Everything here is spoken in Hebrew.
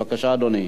בבקשה, אדוני.